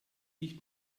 nicht